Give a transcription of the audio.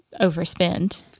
overspend